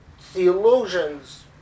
theologians